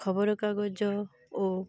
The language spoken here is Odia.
ଖବରକାଗଜ ଓ